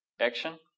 action